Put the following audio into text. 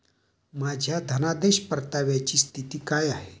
माझ्या धनादेश परताव्याची स्थिती काय आहे?